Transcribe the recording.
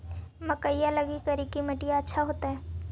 मकईया लगी करिकी मिट्टियां अच्छा होतई